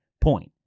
point